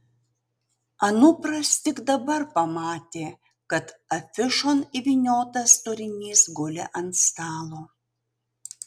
anupras tik dabar pamatė kad afišon įvyniotas turinys guli ant stalo